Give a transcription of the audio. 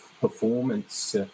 performance